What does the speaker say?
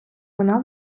вона